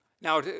Now